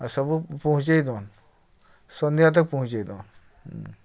ଆଉ ସବୁ ପହଞ୍ଚେଇ ଦଉନ୍ ସନ୍ଧ୍ୟା ତକ୍ ପହଞ୍ଚେଇ ଦଉନ୍